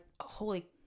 holy